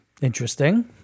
Interesting